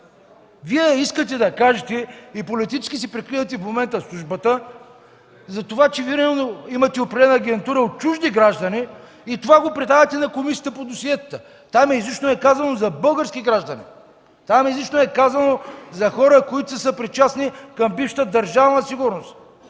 Вие искате да кажете и политически си прикривате в момента службата за това, че вероятно имате определена агентура от чужди граждани. И това го предавате на Комисията по досиетата. Там изрично е казано – за български граждани. Там изрично е казано – за хора, които са съпричастни към бившата Държавна сигурност.